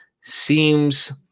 seems